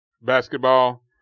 basketball